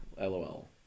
LOL